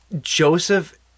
Joseph